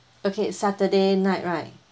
okay saturday night right